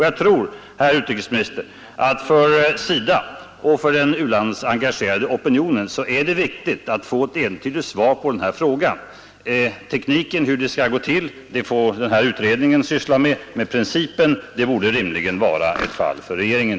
Jag tror, herr utrikesminister, att för SIDA och för den u-landsengagerade opinionen är det viktigt att få ett entydigt svar på den här frågan. Tekniken för hur det skall gå till kan kanske biståndsutredningen syssla med, men principen borde rimligen vara ett fall för regeringen.